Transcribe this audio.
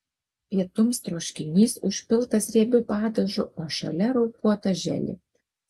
pietums troškinys užpiltas riebiu padažu o šalia raupuota želė